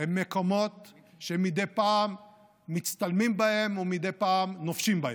הם מקומות שמדי פעם מצטלמים בהם ומדי פעם נופשים בהם.